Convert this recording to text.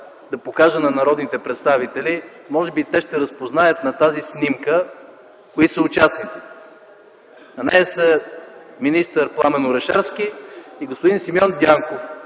да покажа на народните представители. Може би те ще разпознаят на тази снимка (показва снимка) кои са участниците. На нея са министър Пламен Орешарски и господин Симеон Дянков